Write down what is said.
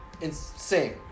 Insane